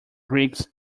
creeks